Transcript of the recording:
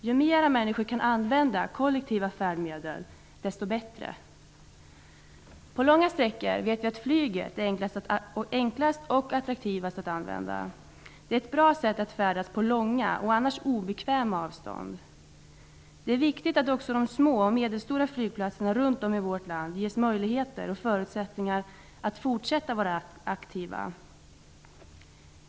Ju mer människor kan använda kollektiva färdmedel, desto bättre. På långa sträckor vet vi att flyget är enklast och attraktivast att använda. Det är ett bra sätt att färdas långa och annars obekväma avstånd. Det är viktigt att också de små och medelstora flygplatserna runt om i vårt land ges möjligheter och förutsättningar att fortsätta vara aktiva.